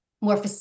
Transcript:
more